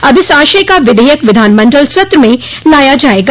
अब इस आशय का विधेयक विधानमंडल सत्र में लाया जाएगा